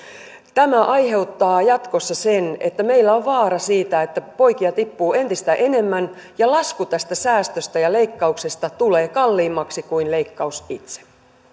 tämä aiheuttaa jatkossa sen että meillä on vaara siitä että poikia tippuu entistä enemmän ja lasku tästä säästöstä ja leikkauksesta tulee kalliimmaksi kuin leikkaus itse